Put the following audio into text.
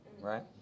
right